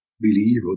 believe